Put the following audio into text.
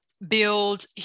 build